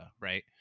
right